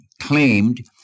claimed